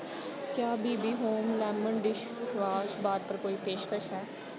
क्या B B home lemon dishwash bar पर कोई पेशकश है